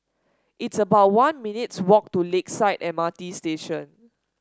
it's about one minutes' walk to Lakeside M R T Station